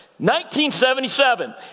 1977